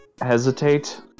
hesitate